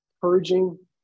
purging